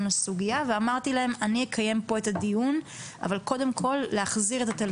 לסוגייה ואמרתי להם "..אני אקיים פה את הדיון,